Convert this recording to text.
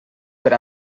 per